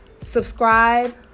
subscribe